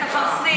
ואת הפרסית,